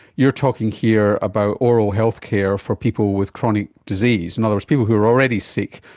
you're talking here about oral health care for people with chronic disease. in other words, people who are already sick,